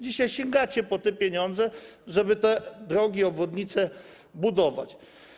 Dzisiaj sięgacie po te pieniądze, żeby te drogi, obwodnice budować.